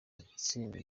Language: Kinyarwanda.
watsinze